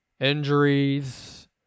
Injuries